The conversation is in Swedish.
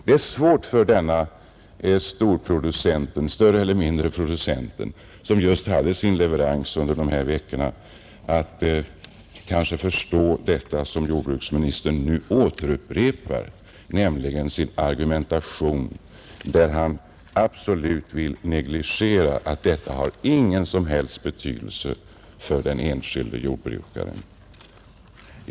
Det är svårt för de producenter som hade sina leveranser under de aktuella veckorna att förstå jordbruksministerns argumentation som han i dag upprepar; han negligerar fullkomligt svårigheterna och anser att denna fråga inte har någon som helst betydelse för den enskilde jordbrukaren.